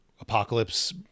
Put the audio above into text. Apocalypse